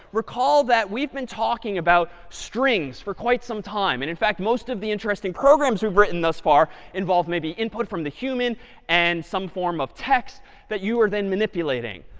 recall that we've been talking about strings for quite some time. and in fact, most of the interesting programs we've written thus far involve maybe input from the human and some form of text that you are then manipulating.